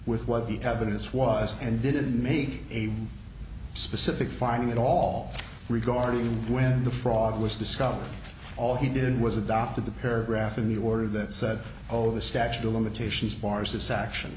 with what the evidence was and didn't make a specific finding at all regarding when the fraud was discovered all he did was adopted the paragraph in the order that said oh the statute of limitations bars his action